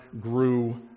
grew